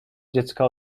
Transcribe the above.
dziecka